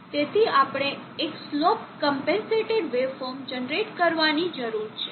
તેથી આપણે એક સ્લોપ ક્મ્પેન્સેટેડ વેવફોર્મ જનરેટ કરવાની જરૂર છે